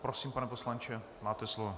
Prosím, pane poslanče, máte slovo.